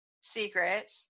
secret